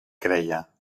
creia